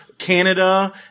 Canada